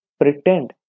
pretend